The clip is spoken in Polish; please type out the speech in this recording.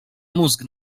mózg